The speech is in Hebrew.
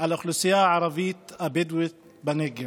נגד האוכלוסייה הערבית והבדואית בנגב.